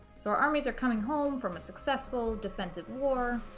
so our armies are coming home from a successful defensive war